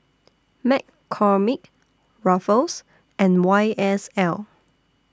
McCormick Ruffles and Y S L